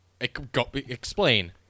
Explain